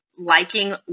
Liking